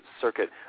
Circuit